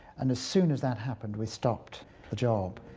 and as soon as that happened we stopped the job.